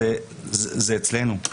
זה אצלנו.